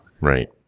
Right